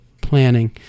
planning